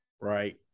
right